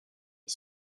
est